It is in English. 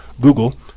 Google